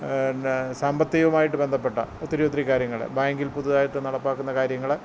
പിന്നെ സാമ്പത്തികമായിട്ട് ബന്ധപ്പെട്ട ഒത്തിരി ഒത്തിരി കാര്യങ്ങൾ ബാങ്കിൽ പുതുതായിട്ടു നടപ്പാക്കുന്ന കാര്യങ്ങൾ